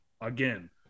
again